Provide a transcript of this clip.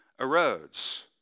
erodes